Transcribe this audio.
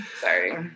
Sorry